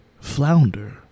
Flounder